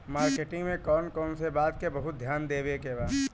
Marketing मे कौन कौन बात के बहुत ध्यान देवे के बा?